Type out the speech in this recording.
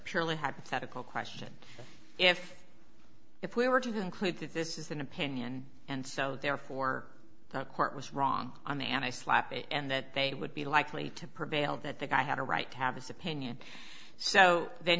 purely hypothetical question if if we were to include that this is an opinion and so therefore the court was wrong on the and i slap it and that they would be likely to prevail that the guy had a right to have his opinion so then